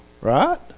right